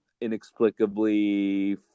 inexplicably